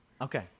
okay